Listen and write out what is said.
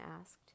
asked